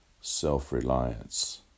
self-reliance